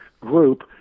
group